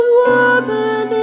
woman